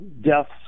deaths